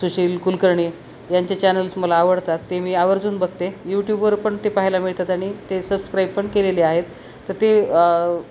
सुशील कुलकर्णी यांचे चॅनल्स मला आवडतात ते मी आवर्जून बघते यूट्यूबवर पण ते पाहायला मिळतात आणि ते सबस्क्राईब पण केलेले आहेत तर ते